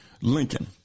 Lincoln